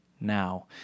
now